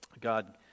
God